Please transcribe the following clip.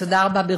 תודה רבה.